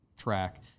track